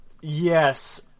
Yes